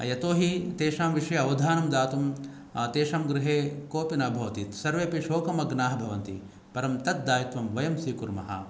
यतोहि तेषां विषये अवधानं दातुं तेषां गृहे कोऽपि न भवति सर्वेऽपि शोकमग्नाः भवन्ति परं तत् दायित्त्वं वयं स्वीकुर्मः